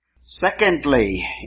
Secondly